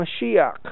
Mashiach